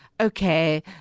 okay